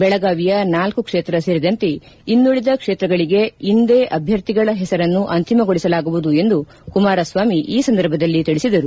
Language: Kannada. ಬೆಳಗಾವಿಯ ನಾಲ್ಲು ಕ್ಷೇತ್ರ ಸೇರಿದಂತೆ ಇನ್ನುಳದ ಕ್ಷೇತ್ರಗಳಿಗೆ ಇಂದೇ ಅಭ್ವರ್ಥಿಗಳ ಹೆಸರನ್ನು ಅಂತಿಮಗೊಳಿಸಲಾಗುವುದು ಎಂದು ಕುಮಾರಸ್ವಾಮಿ ಈ ಸಂದರ್ಭದಲ್ಲಿ ತಿಳಿಸಿದರು